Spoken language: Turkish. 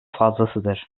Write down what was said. fazlasıdır